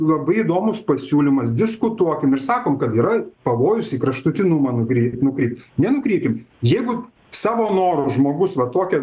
labai įdomus pasiūlymas diskutuokim ir sakom kad yra pavojus į kraštutinumą nukrei nukrypt nenukrypkim jeigu savo noru žmogus va tokią